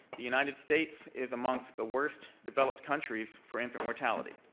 the united states is amongst the worst developed countries for infant mortality.